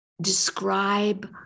describe